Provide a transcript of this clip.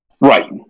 Right